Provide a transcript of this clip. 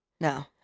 no